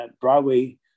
broadway